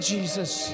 Jesus